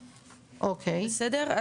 בסדר,